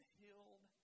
healed